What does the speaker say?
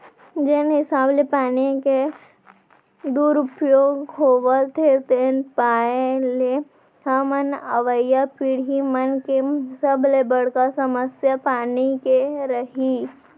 जेन हिसाब ले पानी के दुरउपयोग होवत हे तेन पाय ले हमर अवईया पीड़ही मन के सबले बड़का समस्या पानी के रइही